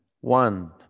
one